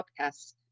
podcast